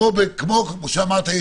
כפי שאמרת,